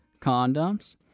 condoms